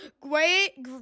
Great